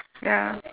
ya